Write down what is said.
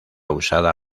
usada